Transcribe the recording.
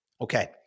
Okay